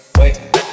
wait